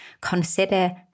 consider